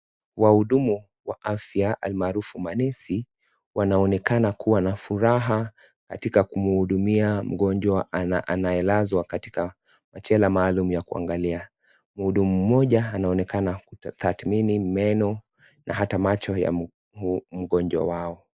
Wahudumu wa afya almaarufu manesi, wanaonekana kuwa na furaha katika kumhudumia mgonjwa anayelazwa katika majela maalumu ya kumwangalia. Mhudumu mmoja anaonekana kutathimini meno na hata macho ya mgonjwa wao.